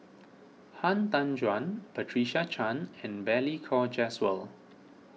Han Tan Juan Patricia Chan and Balli Kaur Jaswal